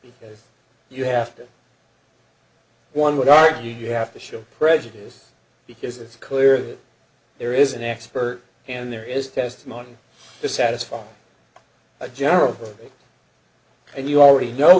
you you have to one would argue you have to show prejudice because it's clear that there is an expert and there is testimony to satisfy a general and you already know